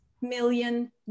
million